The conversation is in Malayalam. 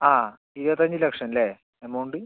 ആ ഇരുപത്തിയഞ്ച് ലക്ഷം അല്ലേ എമൗണ്ട്